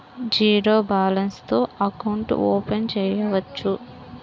Zero balance తో account open చేయవచ్చు?